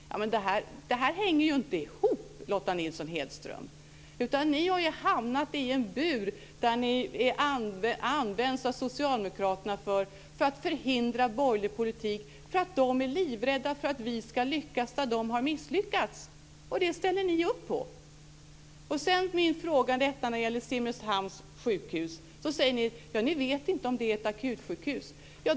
Det hänger inte ihop, Lotta Nilsson-Hedström. Ni har hamnat i en bur där ni används av socialdemokraterna för att förhindra borgerlig politik. Det är för att de är livrädda för att vi ska lyckas där de har misslyckats. Och det ställer ni upp på! Sedan till min fråga om detta med Simrishamns sjukhus. Ni säger att ni inte vet om det är ett akutsjukhus.